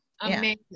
Amazing